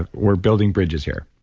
ah we're building bridges here.